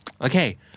Okay